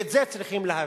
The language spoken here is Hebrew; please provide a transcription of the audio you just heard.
ואת זה צריכים להבין.